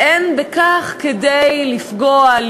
ואין בכך כדי לפגוע,